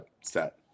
set